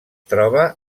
troba